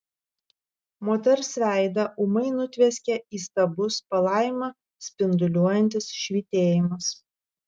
moters veidą ūmai nutvieskė įstabus palaimą spinduliuojantis švytėjimas